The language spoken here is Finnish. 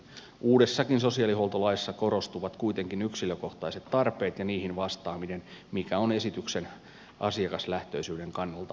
uudessakin sosiaalihuoltolaissa korostuvat kuitenkin yksilökohtaiset tarpeet ja niihin vastaaminen mikä on esityksen asiakaslähtöisyyden kannalta perusteltua